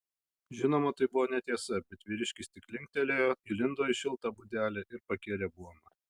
žinoma tai buvo netiesa bet vyriškis tik linktelėjo įlindo į šiltą būdelę ir pakėlė buomą